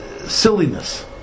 silliness